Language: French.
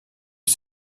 les